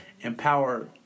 empower